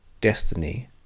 destiny